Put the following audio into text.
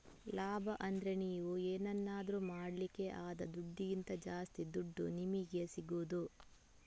ಲಾಭ ಅಂದ್ರೆ ನೀವು ಏನನ್ನಾದ್ರೂ ಮಾಡ್ಲಿಕ್ಕೆ ಆದ ದುಡ್ಡಿಗಿಂತ ಜಾಸ್ತಿ ದುಡ್ಡು ನಿಮಿಗೆ ಸಿಗುದು